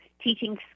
teaching